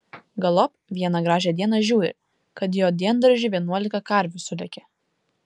galop vieną gražią dieną žiūri kad į jo diendaržį vienuolika karvių sulėkė